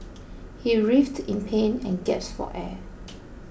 he writhed in pain and gasped for air